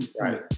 Right